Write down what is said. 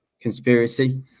conspiracy